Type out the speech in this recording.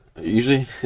usually